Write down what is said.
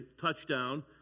Touchdown